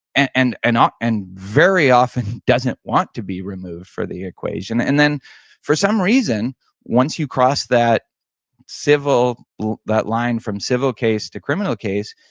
and and um and very often doesn't want to be removed for the equation, and then for some reason once you cross that civil that line from civil case to criminal case,